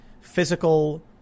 physical